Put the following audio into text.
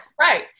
Right